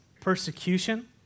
persecution